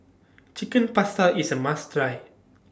Chicken Pasta IS A must Try